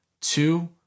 two